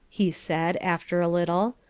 he said, after a little.